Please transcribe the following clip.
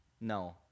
No